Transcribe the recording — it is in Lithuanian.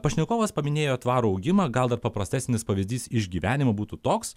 pašnekovas paminėjo tvarų augimą gal dar paprastesnis pavyzdys iš gyvenimo būtų toks